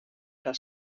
del